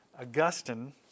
Augustine